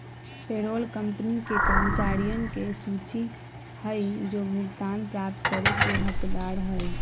payroll company के कर्मचारियन के सूची हई जो भुगतान प्राप्त करे के हकदार हई